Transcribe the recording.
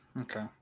Okay